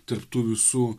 tarp tų visų